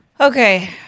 Okay